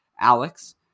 Alex